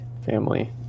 family